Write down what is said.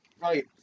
Right